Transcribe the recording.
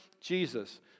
Jesus